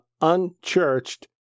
Unchurched